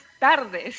tardes